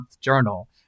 journal